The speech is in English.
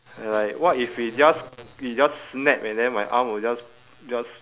like what if it just it just snap and then my arm will just just